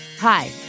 Hi